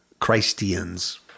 Christians